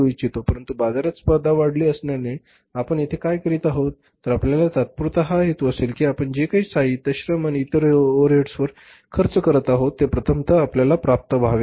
परंतु बाजारात स्पर्धा वाढली असल्याने आपण येथे काय करीत आहोत तर आपला तात्पुरता हेतू हा असेल की आपण जे काही साहित्य श्रम आणि इतर ओव्हरहेड्सवर खर्च करत आहोत ते प्रथमतः आपल्याला प्राप्त व्हावेत